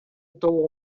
толугу